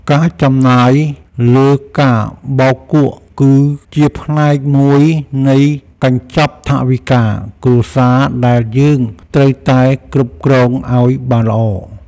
ការចំណាយលើការបោកគក់ គឺជាផ្នែកមួយនៃកញ្ចប់ថវិកាគ្រួសារដែលយើងត្រូវតែគ្រប់គ្រងឱ្យបានល្អ។